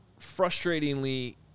frustratingly